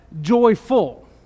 joyful